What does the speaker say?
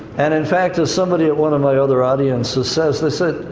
and, in fact, as somebody at one of my other audiences says, they said,